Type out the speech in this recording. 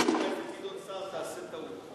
גדעון סער, תעשה טעות.